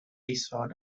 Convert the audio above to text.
isod